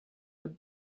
would